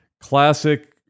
classic